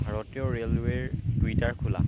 ভাৰতীয় ৰে'লৱে'ৰ টুইটাৰ খোলা